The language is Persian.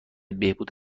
بهبود